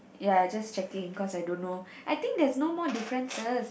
ya just checking cause I don't know I think there's no more differences